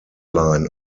line